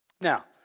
Now